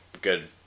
good